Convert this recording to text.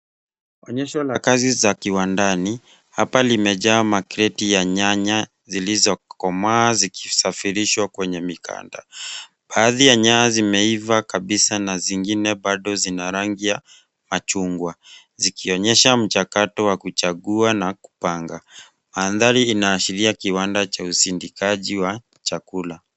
Onyesho la kazi za kiwandani. Hapa limejaa market ya nyanya zilizokomaa zikisafirishwa kwenye mikata. Baadhi ya nyanya zimeiva kabisa na zingine bado zina rangi ya machungwa zikionyesha mchakato wa kuchagua na kupanga. Mandhari inaashiria kiwanda cha usindikaji wa chakula.